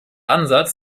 ansatz